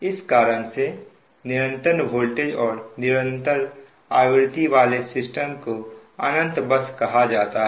इस कारण से निरंतर वोल्टेज और निरंतर आवर्ती वाले सिस्टम को अनंत बस कहा जाता है